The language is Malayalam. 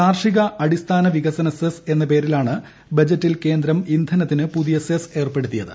കാർഷിക അടിസ്ഥാന വികസന സെസ് എന്ന പേരിലാണ് ബജറ്റിൽ കേന്ദ്രം ഇന്ധനത്തിന് പുതിയ സെസ് ഏർപ്പെടുത്തിയത്